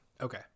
okay